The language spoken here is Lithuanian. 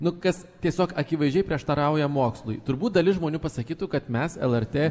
nu kas tiesiog akivaizdžiai prieštarauja mokslui turbūt dalis žmonių pasakytų kad mes lrt